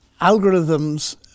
algorithms